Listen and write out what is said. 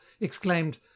exclaimed